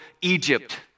Egypt